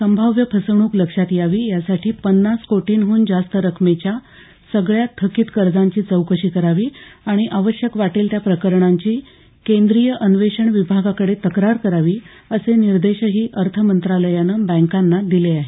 संभाव्य फसवणूक लक्षात यावी या साठी पन्नासकोटींहून जास्त रकमेच्या सगळ्या थकित कर्जांची चौकशी करावी आणि आवश्यक वाटेल त्याप्रकरणांची केंद्रीय अन्वेषण विभागाकडे तक्रार करावी असे निर्देशही अर्थमंत्रालयानं बँकांना दिले आहेत